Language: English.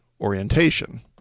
orientation